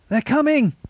they're coming.